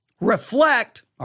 Reflect